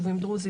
ישובים דרוזיים,